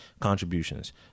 contributions